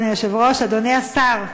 אדוני היושב-ראש, אדוני השר,